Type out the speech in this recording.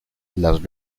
las